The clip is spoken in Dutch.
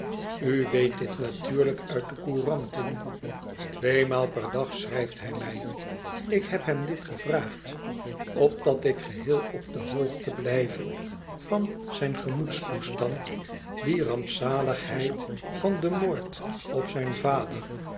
weet dit natuurlijk uit de couranten tweemaal per dag schrijft hij mij ik heb hem dit gevraagd opdat ik geheel op de hoogte blijve van zijn gemoedstoestand die rampzaligheid van den moord op zijn vader